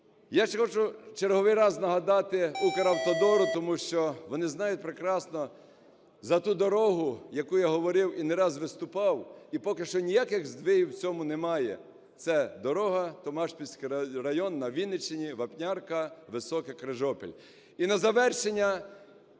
Я ще хочу в черговий раз нагадати Укравтодору, тому що вони знають прекрасно за ту дорогу, яку я говорив і не раз виступав, і поки що ніяких здвигів в цьому немає, це дорога - Томашпільський район на Вінниччині - Вапнярка-Високе-Крижопіль.